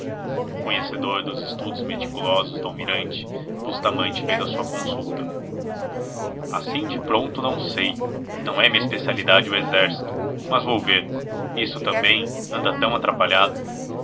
conhecedor dos estudos meticulosos do almirante bustamante fez a sua consulta assim de pronto não sei não é a minha especialidade o exército mas vou ver isto também anda tão atrapalhado